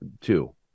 two